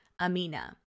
Amina